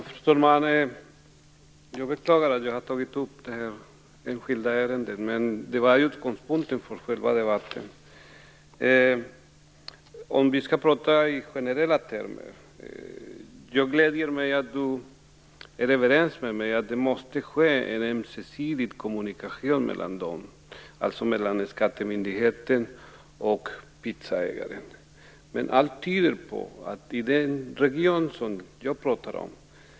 Fru talman! Jag beklagar att jag har tagit upp detta enskilda ärende, men det var utgångspunkten för debatten. Om vi skall prata i generella termer vill jag säga att jag gläder mig över att skatteministern är överens med mig om att det måste ske en ömsesidig kommunikation mellan skattemyndigheten och pizzeriaägaren. Allt tyder på att detta inte sker i den region jag pratar om.